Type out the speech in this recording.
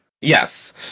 Yes